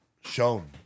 shown